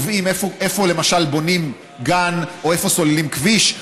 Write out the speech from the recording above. קובעים איפה למשל בונים גן או איפה סוללים כביש,